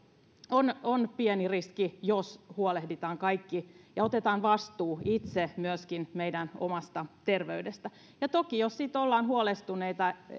on on pieni riski jos huolehditaan kaikki ja otetaan vastuu itse myöskin meidän omasta terveydestämme ja toki jos sitten ollaan huolestuneita